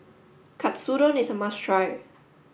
Katsudon is a must try